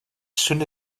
soon